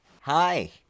Hi